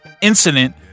incident